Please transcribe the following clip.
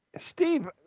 Steve